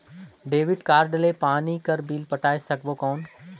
Debit card ले पानी कर बिल पटाय सकबो कौन?